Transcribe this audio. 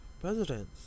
presidents